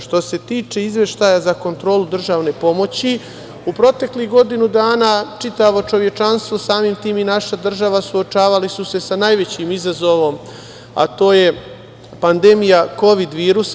Što se tiče Izveštaja za kontrolu državne pomoći, u proteklih godinu dana čitavo čovečanstvo, samim tim i naša država, suočavali su se sa najvećim izazovom, a to je pandemija kovid virusa.